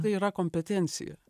tai yra kompetencija